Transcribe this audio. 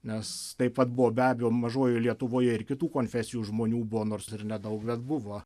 nes taip pat buvo be abejo mažojoj lietuvoje ir kitų konfesijų žmonių buvo nors ir nedaug bet buvo